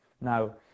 Now